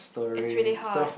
it's really hard